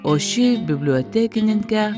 o ši bibliotekininkę